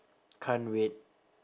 can't wait